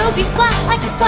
so be flat like a